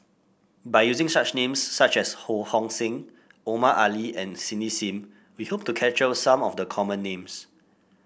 by using such names such as Ho Hong Sing Omar Ali and Cindy Sim we hope to capture some of the common names